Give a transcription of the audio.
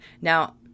Now